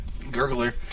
gurgler